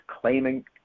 claiming